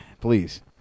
Please